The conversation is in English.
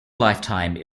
lifetime